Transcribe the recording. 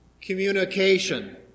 Communication